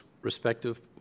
respective